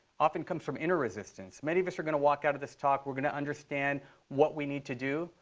often comes from inner resistance. many of us are going to walk out of this talk. we're going to understand what we need to do,